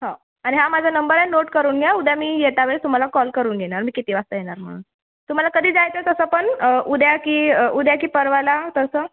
हो आणि हा माझा नंबर आहे नोट करून घ्या उद्या मी येतावेळेस तुम्हाला कॉल करून येणार मी किती वाजता येणार म्हणून तुम्हाला कधी जायचं तसं पण उद्या की उद्या की परवाला तसं